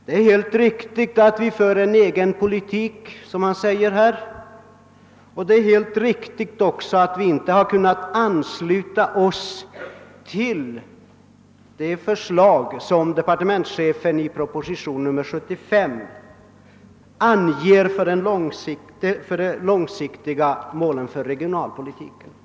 Det är helt riktigt som han säger att vi för en egen politik och att vi inte har kunnat ansluta oss till departementschefens förslag i proposition 75 beträffande det långsiktiga målet för regionpolitiken.